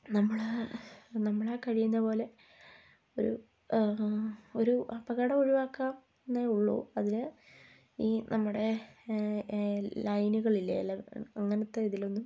നമ്മൾ നമ്മളാൽ കഴിയുന്ന പോലെ ഒരു ഒരു അപകടം ഒഴിവാകാം എന്നേ ഉള്ളൂ അതിൽ ഈ നമ്മുടെ ഈ ലൈനുകളില്ലേ അങ്ങനത്തെ ഇതിലൊന്നും